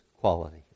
quality